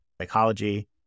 Psychology